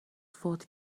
فوت